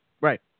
Right